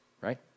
right